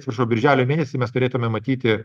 atsiprašau birželio mėnesį mes turėtume matyti